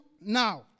now